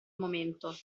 momento